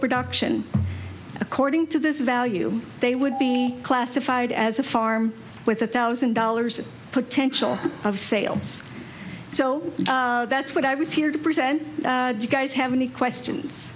production according to this value they would be classified as a farm with a thousand dollars of potential of sales so that's what i was here to present you guys have any questions